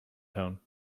tone